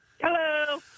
Hello